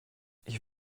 ich